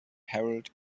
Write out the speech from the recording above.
harold